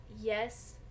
yes